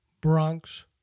Bronx